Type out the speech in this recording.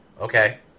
Okay